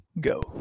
go